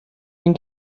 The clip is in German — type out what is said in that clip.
den